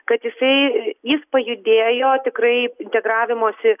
kad jisai jis pajudėjo tikrai integravimosi